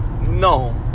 no